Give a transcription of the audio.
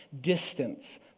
distance